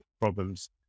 problems